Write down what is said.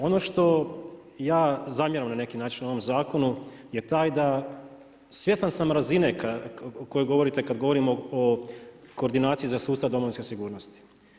Ono što ja zamjeram na neki način ovom zakonu, je taj, da svjestan sam razine, koji govorite kad govorimo o koordinaciji za sustav domovinske sigurnosti.